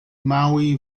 maui